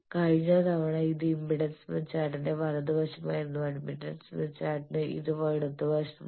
കഴിഞ്ഞ തവണ ഇത് ഇംപെഡൻസ് സ്മിത്ത് ചാർട്ടിന്റെ വലത് വശമായിരുന്നു അഡ്മിറ്റൻസ് സ്മിത്ത് ചാർട്ടിന് ഇത് ഇടത് വശമാണ്